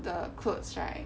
the clothes right